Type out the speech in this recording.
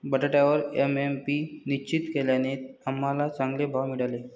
बटाट्यावर एम.एस.पी निश्चित केल्याने आम्हाला चांगले भाव मिळाले